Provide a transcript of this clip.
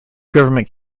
government